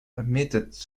admitted